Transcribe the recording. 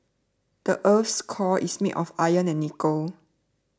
the earth's core is made of iron and nickel